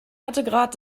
härtegrad